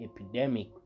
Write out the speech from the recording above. epidemic